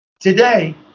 Today